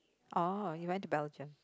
oh you went to Belgium